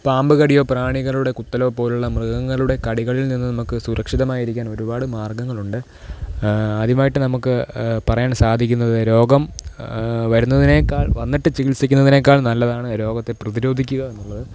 പാമ്പ് കടിയോ പ്രാണികളുടെ കുത്തലോ പോലുള്ള മൃഗങ്ങളുടെ കടികളില്നിന്ന് നമുക്ക് സുരക്ഷിതമായിരിക്കാന് ഒരുപാട് മാര്ഗങ്ങളുണ്ട് ആദ്യമായിട്ട് നമുക്ക് പറയാന് സാധിക്കുന്നത് രോഗം വരുന്നതിനേക്കാള് വന്നിട്ട് ചികിത്സിക്കുന്നതിനേക്കള് നല്ലതാണ് രോഗത്തെ പ്രതിരോധിക്കുക എന്നുള്ളത്